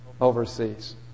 overseas